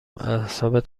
اعصابت